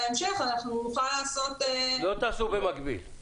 בהמשך נוכל לעשות -- לא תעשו במקביל?